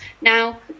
Now